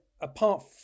apart